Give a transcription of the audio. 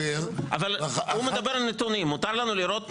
נדבקת